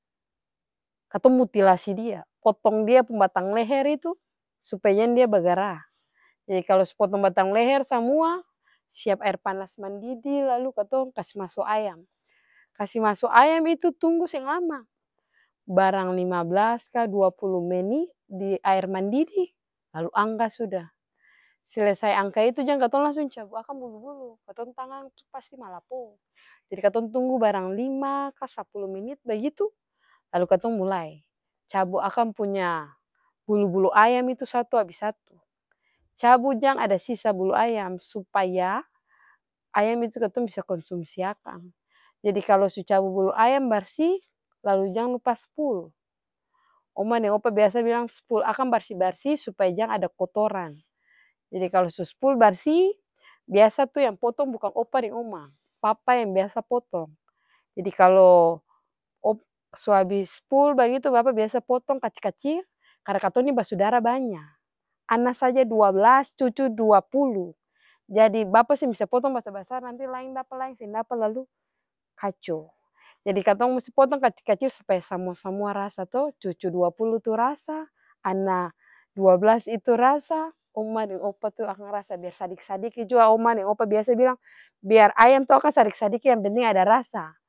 Katong mutilasi dia potong dia pung batang leher itu supaya jang dia bagara, jadi kalu su potong batang leher samua, siap aer panas mandidi lalu katong kasi maso ayam, kasi maso ayam itu tunggu seng lama barang lima blas ka dua pulu menit diaer mandidi lalu angka suda, selesai angka itu jang katong langsung cabu akang pung bulu katong tangang pasti malapo, jadi katong tunggu barang lima ka sapulu menit bagitu baru katong mulai, cabu akang punya bulu-bulu ayam itu satu abis satu, cabu jang ada sisa bulu ayam supaya ayam itu katong bisa konsumsi akang, jadi kalu su cabu bulu ayam barsi lalu jang lupa spul, oma deng opa biasa bilang spul akang barsi-barsi supaya jang ada kotoran, jadi kalu su spul barsi biasa tuh yang potong bukang opa deng oma, papa biasa yang potong, jadi kalu su abis spul bagitu bapa biasa potong kacil-kacil karna katong nih basudara banya ana saja dua blas, cucu dua pulu, jadi bapa seng bisa potong basar-basar nanti laeng dapa laeng seng dapa lalu kaco. Jadi katong musti potong kacil-kacil biar samua-samua rasa to cucu dua pulu tuh rasa, ana dua blas tuh rasa, oma deng opa tuh akang rasa biar sadiki-sadiki jua oma deng opa biasa bilang biar ayam tuh akang sadiki-sadiki yang penting ada rasa.